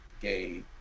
gay